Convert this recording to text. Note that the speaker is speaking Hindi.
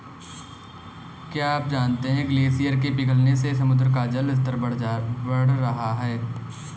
क्या आप जानते है ग्लेशियर के पिघलने से समुद्र का जल स्तर बढ़ रहा है?